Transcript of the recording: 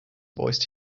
voiced